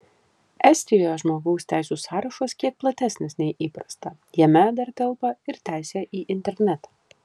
estijoje žmogaus teisių sąrašas kiek platesnis nei įprasta jame dar telpa ir teisė į internetą